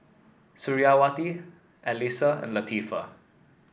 Suriawati Alyssa and Latifa